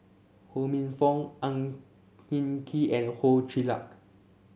Ho Minfong Ang Hin Kee and Ho Chee Luck